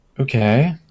Okay